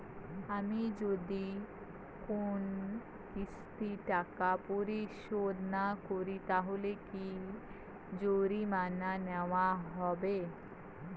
আমি যদি কোন কিস্তির টাকা পরিশোধ না করি তাহলে কি জরিমানা নেওয়া হবে?